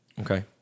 Okay